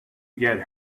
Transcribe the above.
get